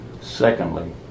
Secondly